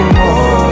more